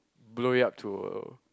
blow it up to